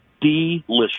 delicious